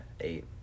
eight